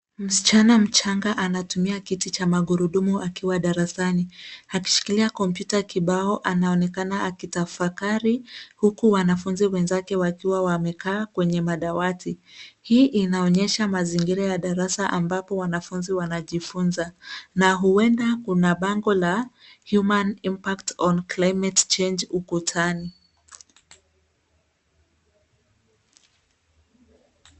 Msichana mchanga anatumia kiti cha magurudumu akiwa darasani akishikilia kompyuta kibao anaonekana akitafakari, huku wanafunzi wenzake wakiwa wamekaa kwenye madawati hii inaonyesha mazingira ya darasa ambapo wanafunzi wanajifunza na huenda kuna bango la human impact on climate[cs ]change ukutani.